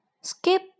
Skip